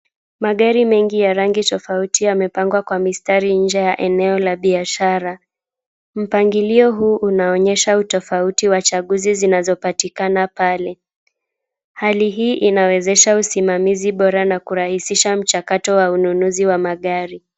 Magari mengi ya rangi tofauti yamepangwa kwa mistari nje ya eneo la biashara. Mpangilio huu unaonyesha utofauti wa chaguzi zinazopatikana pale. Hali hii inawezesha usimamizi bora na kurahisisha mchakato wa ununuzi wa magari.